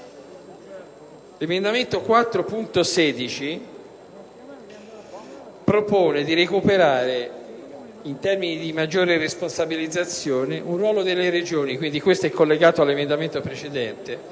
L'emendamento 4.16 propone di recuperare, in termini di maggiore responsabilizzazione, un ruolo delle Regioni (quindi è collegato all'emendamento precedente)